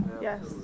yes